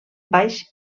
baix